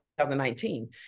2019